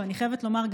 ואני חייבת לומר,